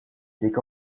étaient